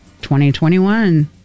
2021